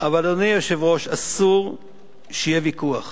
אבל, אדוני היושב-ראש, אסור שיהיה ויכוח